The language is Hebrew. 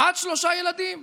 עד שלושה ילדים.